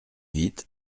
vite